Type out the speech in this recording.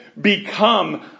become